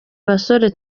basore